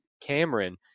Cameron